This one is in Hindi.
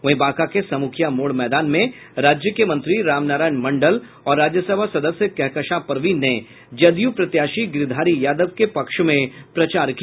वहीं बांका के समुखिया मोड़ मैदान में राज्य के मंत्री राम नारायण मंडल और राज्यसभा सदस्य कहकशां परवीन ने जदयू प्रत्याशी गिरिधारी यादव के पक्ष में प्रचार किया